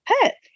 pet